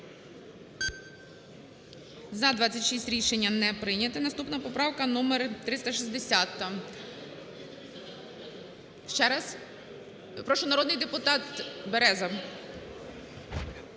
За-26 Рішення не прийнято. Наступна поправка - номер 360. Ще раз? Прошу, народний депутат Береза.